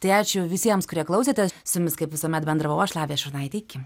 tai ačiū visiems kurie klausėtės su jumis kaip visuomet bendravau aš lavija šurnaitė iki